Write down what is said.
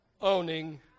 owning